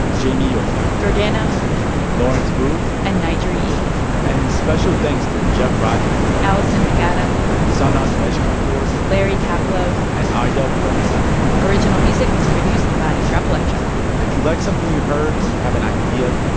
jamie york jordana hochman lawrence wu and n'jeri eaton and special thanks to jeff rogers alison mcadam sanaz meshkinpour larry kaplow and ayda pourasad original music was produced by drop electric if you like something you heard or you have an idea,